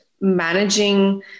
managing